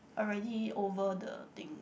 already over the thing